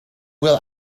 will